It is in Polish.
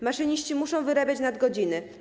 Maszyniści muszą wyrabiać nadgodziny.